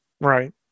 Right